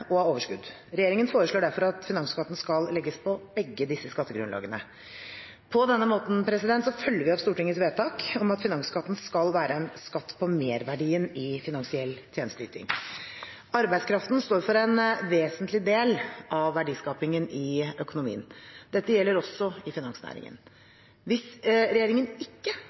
og av overskudd. Regjeringen foreslår derfor at finansskatten skal legges på begge disse skattegrunnlagene. På denne måten følger vi opp Stortingets vedtak om at finansskatten skal være «en skatt på merverdien i finansiell tjenesteyting». Arbeidskraften står for en vesentlig del av verdiskapingen i økonomien. Dette gjelder også i finansnæringen. Hvis regjeringen ikke